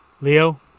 Leo